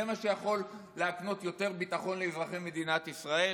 זה מה שיכול להקנות יותר ביטחון לאזרחי מדינת ישראל